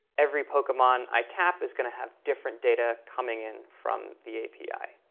every pokemon i tap is going to have different data coming in from the api.